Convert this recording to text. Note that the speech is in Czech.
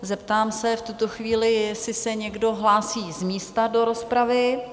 Zeptám se v tuto chvíli, jestli se někdo hlásí z místa do rozpravy?